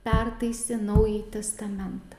pertaisė naująjį testamentą